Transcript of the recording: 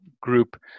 group